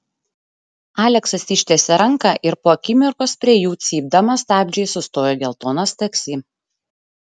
aleksas ištiesė ranką ir po akimirkos prie jų cypdamas stabdžiais sustojo geltonas taksi